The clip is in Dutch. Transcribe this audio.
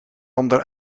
ander